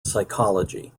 psychology